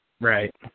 Right